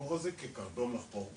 בסיפור הזה כקרטון לחפור בו,